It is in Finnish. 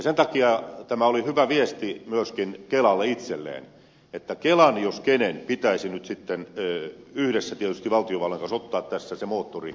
sen takia tämä oli hyvä viesti myöskin kelalle itselleen että kelan jos minkä pitäisi nyt yhdessä tietysti valtiovallan kanssa ottaa tässä se veturin rooli